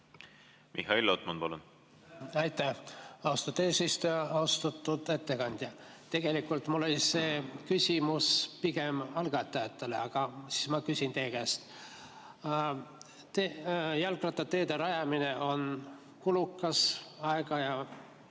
Mihhail Lotman, palun! Aitäh, austatud eesistuja! Austatud ettekandja! Tegelikult mul oli see küsimus pigem algatajatele, aga ma küsin teie käest. Jalgrattateede rajamine on kulukas, aega ja